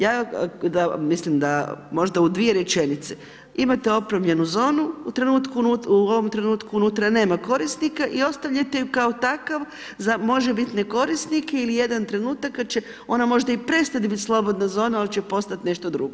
Ja da, mislim da, možda u dvije rečenice, imate opremljenu zonu u trenutku, u ovom trenutku unutra nema korisnika, i ostavljate ju kao takav za može biti za nekorisnike ili jedan trenutak kad će ona možda i prestat bit slobodna zona, ali će postat nešto drugo.